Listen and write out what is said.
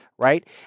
Right